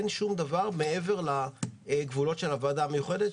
אין שום דבר מעבר לגבולות של הוועדה המיוחדת.